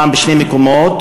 הפעם בשני מקומות: